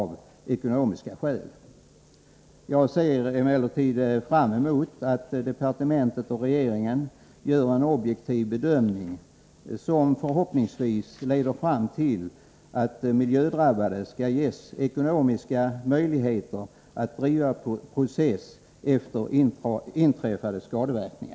Jag ser emellertid fram emot att departementet och regeringen gör en objektiv bedömning, som förhoppningsvis leder fram till att de som drabbats av miljöskador ges ekonomiska möjligheter att driva process efter inträffad skada.